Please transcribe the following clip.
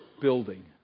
building